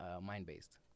mind-based